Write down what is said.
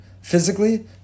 physically